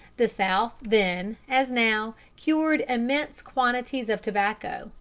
the south then, as now, cured immense quantities of tobacco,